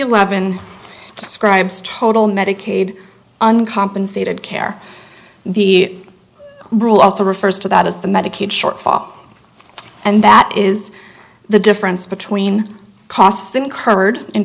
eleven scribes total medicaid uncompensated care the rule also refers to that as the medicaid shortfall and that is the difference between costs incurred in